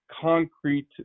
concrete